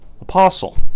apostle